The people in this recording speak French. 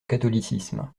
catholicisme